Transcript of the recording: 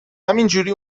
همینجوری